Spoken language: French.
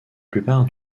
plupart